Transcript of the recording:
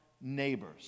neighbors